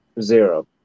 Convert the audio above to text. Zero